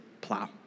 plow